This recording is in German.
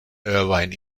irvine